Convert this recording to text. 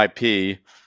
IP